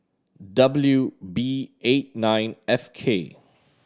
W B eight nine F K